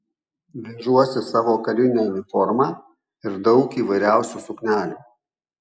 vežuosi savo karinę uniformą ir daug įvairiausių suknelių